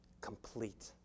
complete